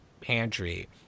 pantry